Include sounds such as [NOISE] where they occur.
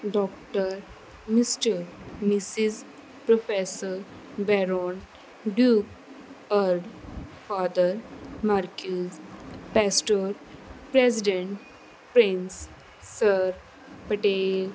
doctor mister Mrs professor baron due [UNINTELLIGIBLE] father marquis pastor president prince sir Patel